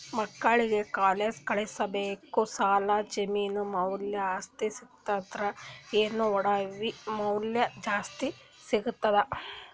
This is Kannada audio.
ಮಕ್ಕಳಿಗ ಕಾಲೇಜ್ ಕಳಸಬೇಕು, ಸಾಲ ಜಮೀನ ಮ್ಯಾಲ ಜಾಸ್ತಿ ಸಿಗ್ತದ್ರಿ, ಏನ ಒಡವಿ ಮ್ಯಾಲ ಜಾಸ್ತಿ ಸಿಗತದ?